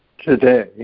today